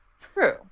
True